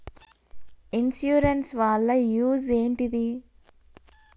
Insurance వాళ్ల use ఏంటిది?